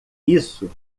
isso